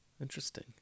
Interesting